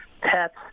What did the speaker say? pets